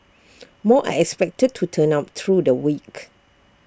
more are expected to turn up through the week